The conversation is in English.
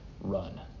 Run